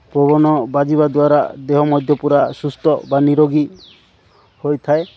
ପବନ ବାଜିବା ଦ୍ୱାରା ଦେହ ମଧ୍ୟ ପୁରା ସୁସ୍ଥ ବା ନିରୋଗୀ ହୋଇଥାଏ